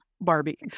Barbie